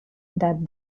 that